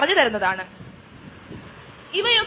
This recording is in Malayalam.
എത്തനോൾ ഇവയൊക്കെ